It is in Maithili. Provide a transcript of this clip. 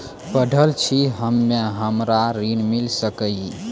पढल छी हम्मे हमरा ऋण मिल सकई?